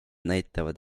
näitavad